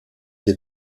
des